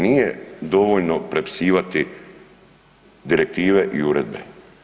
Nije dovoljno prepisivati direktive i uredbe.